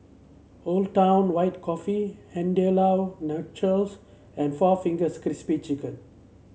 Old Town White Coffee Andalou Naturals and four Fingers Crispy Chicken